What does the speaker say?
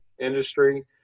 industry